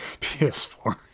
PS4